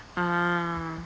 ah